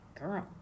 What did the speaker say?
girl